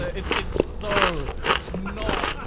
ah it's it's so not.